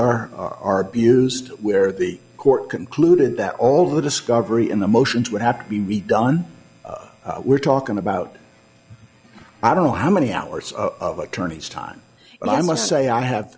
are are abused where the court concluded that all the discovery in the motions would have to be redone we're talking about i don't know how many hours of attorneys time but i must say i have